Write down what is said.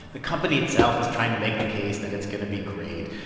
the company itself is trying to make the case that it's going to be great.